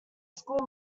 school